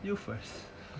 you first